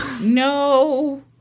No